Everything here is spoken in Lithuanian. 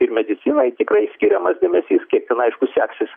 ir medicinai tikrai skiriamas dėmesys kiek ten aišku seksis